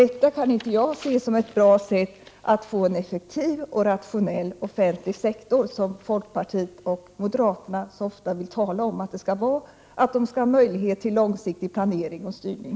Detta kan jag inte se som ett bra sätt att få en effektiv och rationell offentlig sektor, som folkpartiet och moderaterna så ofta talar om att vi skall ha — en offentlig sektor som skall ha möjlighet till långsiktig planering och styrning.